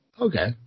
Okay